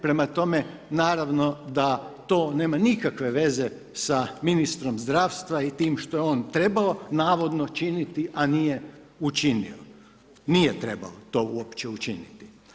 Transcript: Prema tome, naravno da to nema nikakve veze sa ministrom zdravstva i time što je on trebao navodno činiti a nije učinio, nije trebalo to uopće učiniti.